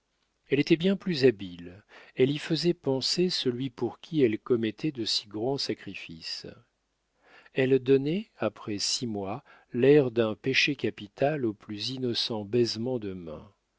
elle était bien plus habile elle y faisait penser celui pour qui elle commettait de si grands sacrifices elle donnait après six mois l'air d'un péché capital au plus innocent baisement de main